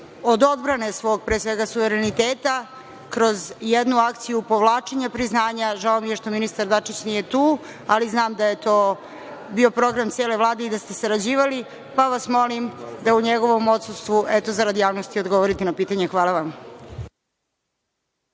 od odbrane svog, pre svega, suvereniteta, kroz jednu akciju povlačenja priznanja. Žao mi je što ministar Dačić nije tu, ali znam da je to bio program cele Vlade i da ste sarađivali, pa vas molim da u njegovom odsustvu, eto, zarad javnosti, odgovorite na pitanje. Hvala vam.